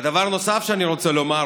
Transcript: דבר נוסף שאני רוצה לומר,